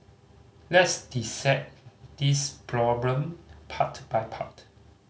let's dissect this problem part by part